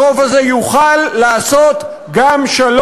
הרוב הזה יוכל גם לעשות שלום.